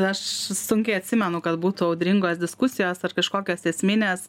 aš sunkiai atsimenu kad būtų audringos diskusijos ar kažkokios esminės